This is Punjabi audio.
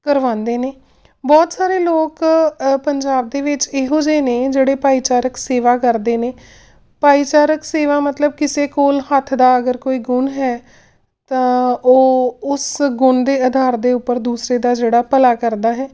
ਕਰਵਾਉਂਦੇ ਨੇ ਬਹੁਤ ਸਾਰੇ ਲੋਕ ਪੰਜਾਬ ਦੇ ਵਿੱਚ ਇਹੋ ਜਿਹੇ ਨੇ ਜਿਹੜੇ ਭਾਈਚਾਰਕ ਸੇਵਾ ਕਰਦੇ ਨੇ ਭਾਈਚਾਰਕ ਸੇਵਾ ਮਤਲਬ ਕਿਸੇ ਕੋਲ ਹੱਥ ਦਾ ਅਗਰ ਕੋਈ ਗੁਣ ਹੈ ਤਾਂ ਉਹ ਉਸ ਗੁਣ ਦੇ ਆਧਾਰ ਦੇ ਉੱਪਰ ਦੂਸਰੇ ਦਾ ਜਿਹੜਾ ਭਲਾ ਕਰਦਾ ਹੈ